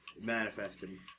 manifested